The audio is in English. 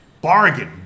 Bargain